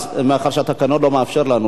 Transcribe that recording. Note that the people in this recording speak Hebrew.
מאחר שהתקנון לא מאפשר לנו,